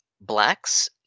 Blacks